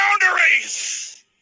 boundaries